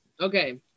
Okay